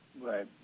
Right